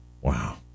Wow